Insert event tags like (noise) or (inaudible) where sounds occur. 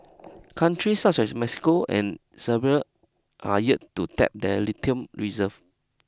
(noise) countries such as Mexico and Serbia are yet to tap their lithium reserve